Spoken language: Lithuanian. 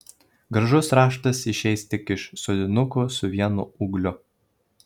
gražus raštas išeis tik iš sodinukų su vienu ūgliu